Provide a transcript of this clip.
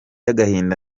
agahinda